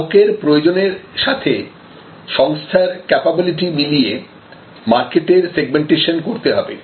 গ্রাহকের প্রয়োজনের সাথে সংস্থার ক্যাপাবিলিটি মিলিয়ে মার্কেটের সেগমেন্টেশন করতে হবে